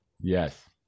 Yes